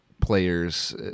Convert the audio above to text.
players